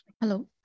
Hello